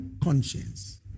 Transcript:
conscience